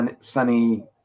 sunny